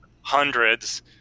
hundreds